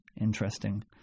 interesting